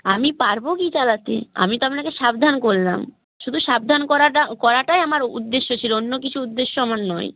আমি পারব কি চালাতে আমি তো আপনাকে সাবধান করলাম শুধু সাবধান করাটা করাটাই আমার উদ্দেশ্য ছিল অন্য কিছু উদ্দেশ্য আমার নয়